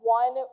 one